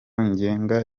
ngenga